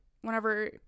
whenever